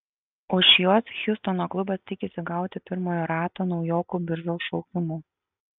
už juos hjustono klubas tikisi gauti pirmojo rato naujokų biržos šaukimų